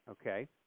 okay